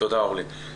תודה, אורלי.